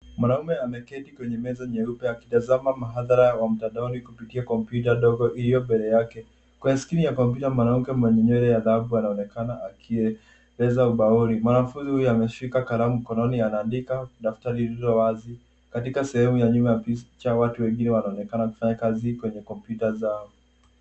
Mwanaume ameketi kwenye meza nyeupe akitazama mhadhara wa mtandaoni kupitia kompyuta ndogo iliyo mbele yake. Kwenye skrini ya kompyuta mwanamke mwenye nywele ya dhahabu anaonekana akieleza ubaoni. Mwanafunzi huyu ameshika kalamu mkononi, anaandika na daftari lililo wazi. Katika sehemu ya nyuma ya picha, watu wengine wanaonekana kufanya kazi kwenye kompyuta zao.